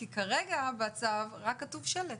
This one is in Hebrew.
כי כרגע בצו רק כתוב שלט,